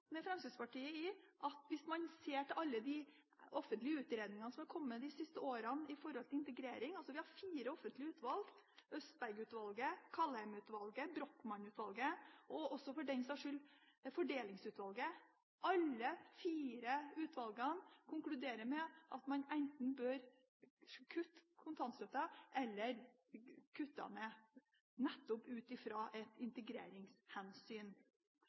med Fremskrittspartiet med hensyn til alle de offentlige utredningene som er kommet de siste årene, som gjelder integrering. Vi har fire offentlige utvalg: Østberg-utvalget, Kaldheim-utvalget, Brochmann-utvalget og også for den saks skyld Fordelingsutvalget. Alle fire utvalgene konkluderer med at man enten bør kutte ut kontantstøtten eller kutte i den, nettopp ut fra et integreringshensyn.